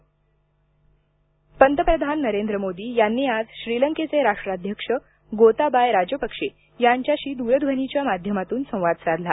पंतप्रधान संवाद पंतप्रधान नरेंद्र मोदी यांनी आज श्रीलंकेचे राष्ट्राध्यक्ष गोताबाय राजपक्षे यांच्याशी दूरध्वनीच्या माध्यमातून संवाद साधला